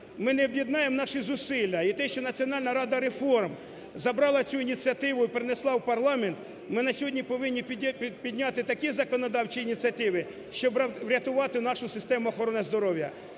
ми не об'єднаємо наші зусилля і те, що Національна рада реформ забрала цю ініціативу і принесла в парламент, ми на сьогодні повинні підняти такі законодавчі ініціативи, щоб врятувати нашу систему охорони здоров'я.